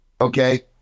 Okay